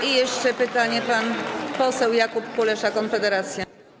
I jeszcze pytanie - pan poseł Jakub Kulesza, Konfederacja.